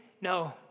No